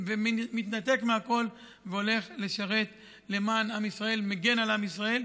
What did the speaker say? מתנתק מהכול והולך לשרת למען עם ישראל ומגן על עם ישראל.